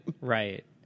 Right